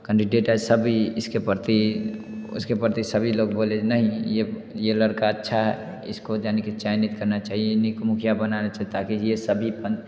candidate ऐसा भी इसके प्रति उसके प्रति सभी लोग बोले नहीं ये ये लड़का अच्छा है इसको यानी की चयनित करना चाहिए इन्हीं को मुखिया बनाना चाहिए ताकि ये सभी